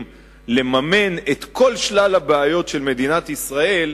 לממן את כל שלל הבעיות של מדינת ישראל,